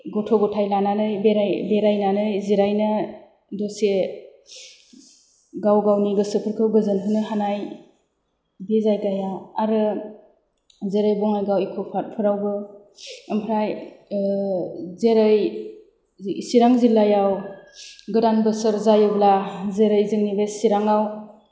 गथ' गथाय लानानै बेराय बेरायनानै जिरायनो दसे गाव गावनि गोसोफोरखौ गोजोन होनो हानाय बे जायगाया आरो जेरै बङाइगाव इक' पार्कफोरावबो ओमफ्राय जेरै चिरां जिल्लायाव गोदान बोसोर जायोब्ला जेरै जोंनि बे चिराङाव